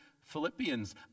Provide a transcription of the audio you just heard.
Philippians